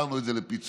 השארנו את זה בפיצול.